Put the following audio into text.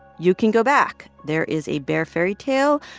you can go back. there is a bear fairy tale,